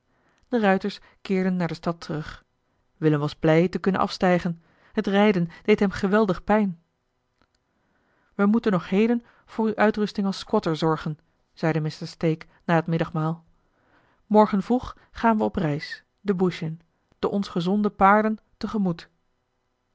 de ruiters keerden naar de stad terug willem was blij te kunnen afstijgen het rijden deed hem geweldig pijn we moeten nog heden voor uwe uitrusting als squatter zorgen zeide mr stake na het middagmaal morgen vroeg gaan we op reis de bush in de ons gezonden paarden